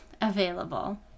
available